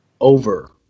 over